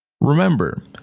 Remember